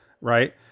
Right